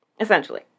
Essentially